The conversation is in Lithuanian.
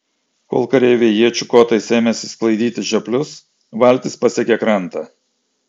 kol kareiviai iečių kotais ėmėsi sklaidyti žioplius valtis pasiekė krantą